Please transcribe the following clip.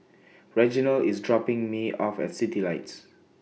Reginal IS dropping Me off At Citylights